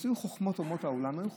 חוכמות אומות העולם היו חוכמות.